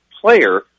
player